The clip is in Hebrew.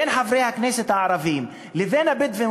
בין חברי הכנסת הערבים לבין הבדואים,